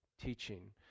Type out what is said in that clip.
teaching